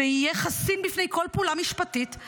ויהיה חסין בפני כל פעולה משפטית,